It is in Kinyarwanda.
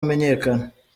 amenyekana